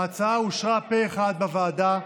ההצעה אושרה פה אחד בוועדה,